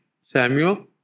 Samuel